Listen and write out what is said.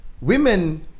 Women